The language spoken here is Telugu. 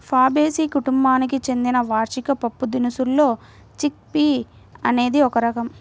ఫాబేసి కుటుంబానికి చెందిన వార్షిక పప్పుదినుసుల్లో చిక్ పీ అనేది ఒక రకం